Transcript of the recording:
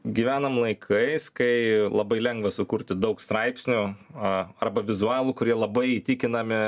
gyvenam laikais kai labai lengva sukurti daug straipsnių a arba vizualų kurie labai įtikinami